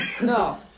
No